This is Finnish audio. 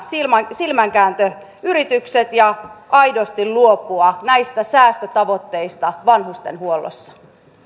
silmänkääntöyritykset ja aidosti luopua näistä säästötavoitteista vanhustenhuollossa